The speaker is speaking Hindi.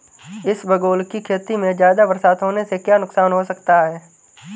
इसबगोल की खेती में ज़्यादा बरसात होने से क्या नुकसान हो सकता है?